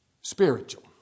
spiritual